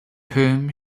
whom